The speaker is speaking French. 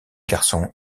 garçon